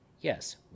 Yes